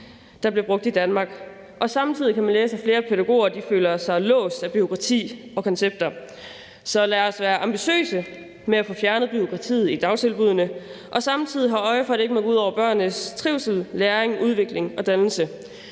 der bliver brugt mest i Danmark. Samtidig kan man læse, at flere pædagoger føler sig låst af bureaukrati og koncepter. Så lad os være ambitiøse med at få fjernet bureaukratiet i dagtilbuddene og samtidig have øje for, at det ikke må gå ud over børnenes trivsel, læring, udvikling og dannelse.